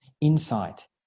insight